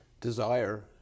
desire